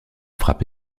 frappe